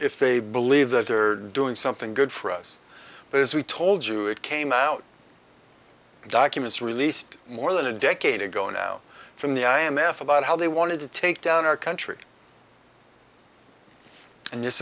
if they believe that they're doing something good for us but as we told you it came out documents released more than a decade ago now from the i m f about how they wanted to take down our country and this